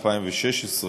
2016,